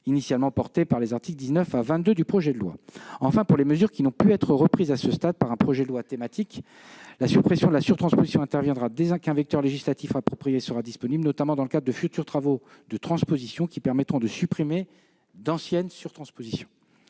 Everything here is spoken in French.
initialement contenu dans les articles 19 à 22 du projet de loi. Enfin, pour les mesures qui n'ont pu être reprises à ce stade dans un projet de loi thématique, la suppression de la surtransposition interviendra dès qu'un vecteur législatif approprié sera disponible, notamment dans le cadre de futurs travaux de transposition qui permettront de supprimer d'anciennes surtranspositions.